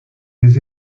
des